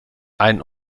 ein